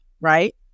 right